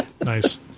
Nice